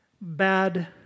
bad